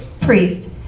priest